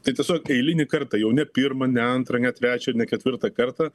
tai tiesiog eilinį kartą jau ne pirmą ne antrą ne trečią ne ketvirtą kartą